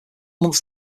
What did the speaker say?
months